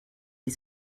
die